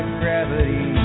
gravity